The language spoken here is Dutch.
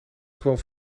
gewoon